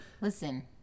Listen